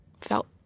felt